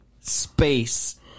Space